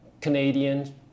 Canadian